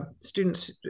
students